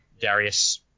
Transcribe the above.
Darius